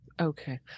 Okay